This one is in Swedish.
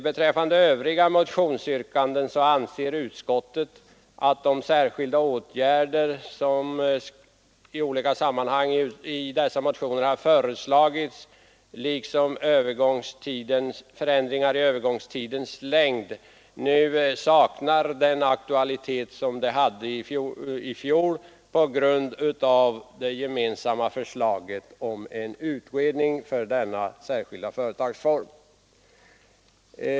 Vad övriga motionsyrkanden beträffar anser utskottet att de särskilda åtgärder som föreslagits i motionerna liksom förändringarna i övergångstidens längd nu saknar den aktualitet som de hade i fjol, detta på grund av det gemensamma förslaget om en utredning rörande denna särskilda företagsform.